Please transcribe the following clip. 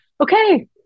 Okay